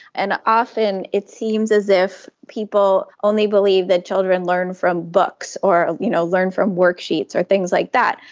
and often it seems as if people only believe that children learn from books or you know learn from worksheets or things like that,